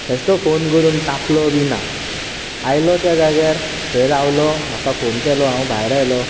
बेश्टो फोन करून तापलो बी ना आयलो त्या जाग्यार थंय रावलो म्हाका फोन केलो हांव भायर आयलों